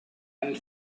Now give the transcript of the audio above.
and